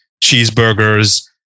cheeseburgers